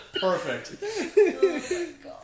Perfect